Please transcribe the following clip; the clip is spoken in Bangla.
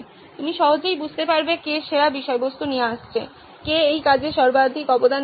তুমি সহজেই বুঝতে পারবে কে সেরা বিষয়বস্তু নিয়ে আসছে কে এই কাজে সর্বাধিক অবদান দিচ্ছে